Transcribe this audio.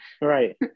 Right